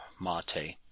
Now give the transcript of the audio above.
Mate